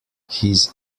his